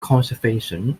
conservation